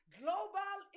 global